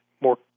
more